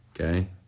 okay